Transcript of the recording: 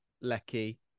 lecky